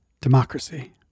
democracy